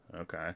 okay